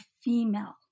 female